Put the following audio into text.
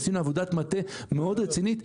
עשינו עבודת מטה מאוד רצינית,